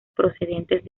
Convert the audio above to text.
procedentes